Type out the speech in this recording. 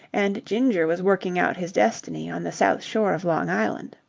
and ginger was working out his destiny on the south shore of long island.